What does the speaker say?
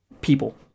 people